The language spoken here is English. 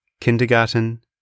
Kindergarten